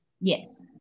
Yes